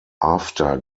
after